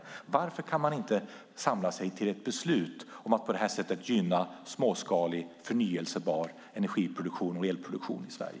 Varför kan man inte samla sig till ett beslut om att på detta sätt gynna småskalig, förnybar energi och elproduktion i Sverige?